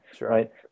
right